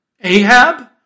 Ahab